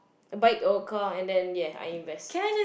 a bike or car and then ya I invest